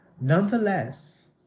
Nonetheless